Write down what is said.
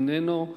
איננו,